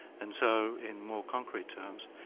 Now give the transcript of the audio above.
and so in more concrete terms,